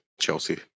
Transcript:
Chelsea